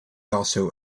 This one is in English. also